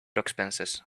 expenses